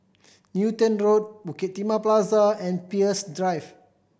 Newton Road Bukit Timah Plaza and Peirce Drive